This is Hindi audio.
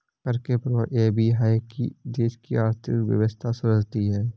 कर के प्रभाव यह भी है कि देश की आर्थिक व्यवस्था सुधरती है